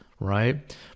right